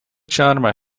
ĉarma